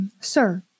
Sir